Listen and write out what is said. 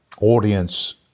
audience